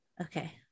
Okay